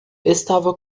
estava